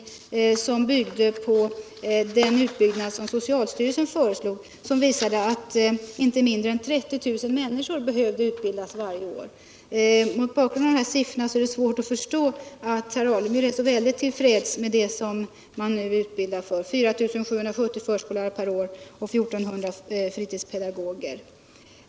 som byggde på den utbyggnad som socialstyrelsen föreslog, att inte mindre än 30 000 människor behövde utbildas varje år. Mot bakgrund av dessa siffror är det svårt att förstå att herr Alemyr är så till freds med den nuvarande utbildningen av 4 700 förskollärare per år och 1 400 fritidspedagoger.